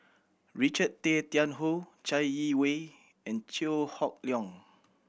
Richard Tay Tian Hoe Chai Yee Wei and Chew Hock Leong